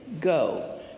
go